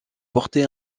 portée